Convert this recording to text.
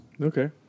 Okay